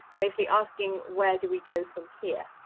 basically asking where do we go from here.